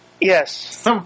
Yes